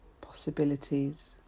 possibilities